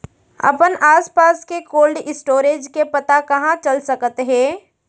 अपन आसपास के कोल्ड स्टोरेज के पता कहाँ चल सकत हे?